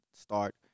start